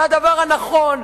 זה הדבר הנכון.